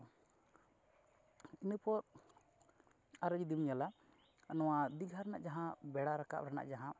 ᱤᱱᱟᱹᱯᱚᱨ ᱟᱨᱚ ᱡᱩᱫᱤᱢ ᱧᱮᱞᱟ ᱱᱚᱣᱟ ᱫᱤᱜᱷᱟ ᱨᱮᱱᱟᱜ ᱡᱟᱦᱟᱸ ᱵᱮᱲᱟ ᱨᱟᱠᱟᱵ ᱨᱮᱱᱟᱜ ᱡᱟᱦᱟᱸ